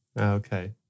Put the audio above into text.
Okay